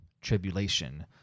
tribulation